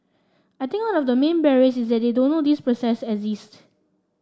I think one of the main barriers is that they don't know these processes